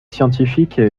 scientifique